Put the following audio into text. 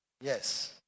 yes